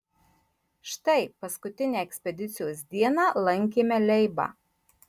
štai paskutinę ekspedicijos dieną lankėme leibą